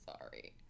sorry